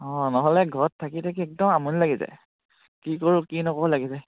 অঁ নহ'লে ঘৰত থাকি থাকি একদম আমনি লাগি যায় কি কৰোঁ কি নকৰো লাগি যায়